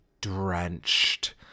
drenched